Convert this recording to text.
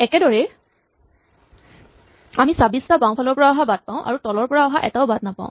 একেদৰেই আমি ২৬ টা বাওঁফালৰ পৰা অহা বাট পাওঁ আৰু তলৰ পৰা অহা এটাও বাট নাপাও